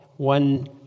One